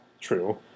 true